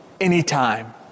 anytime